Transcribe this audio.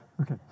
okay